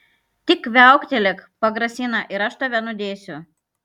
tik viauktelėk pagrasina ir aš tave nudėsiu